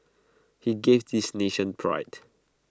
he gave this nation pride